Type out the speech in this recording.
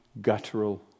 guttural